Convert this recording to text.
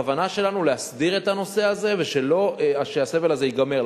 הכוונה שלנו להסדיר את הנושא הזה ושהסבל הזה ייגמר.